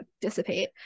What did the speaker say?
dissipate